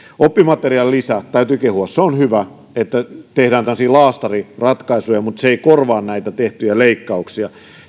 oppimateriaalilisää täytyy kehua se on hyvä että tehdään tällaisia laastariratkaisuja mutta se ei korvaa näitä tehtyjä leikkauksia